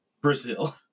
Brazil